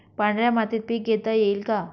पांढऱ्या मातीत पीक घेता येईल का?